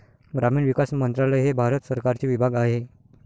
ग्रामीण विकास मंत्रालय हे भारत सरकारचे विभाग आहे